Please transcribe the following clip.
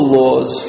laws